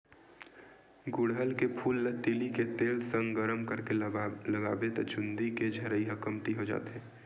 गुड़हल के फूल ल तिली के तेल संग गरम करके लगाबे त चूंदी के झरई ह कमती हो जाथे